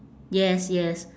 yes yes